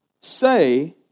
say